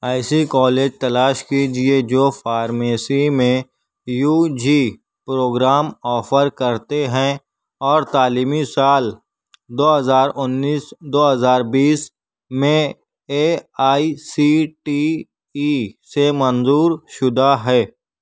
ایسے کالج تلاش کیجیے جو فارمیسی میں یو جی پروگرام آفر کرتے ہیں اور تعلیمی سال دو ہزار انیس دو ہزار بیس میں A I C T E سے منظور شدہ ہے